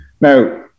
Now